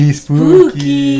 spooky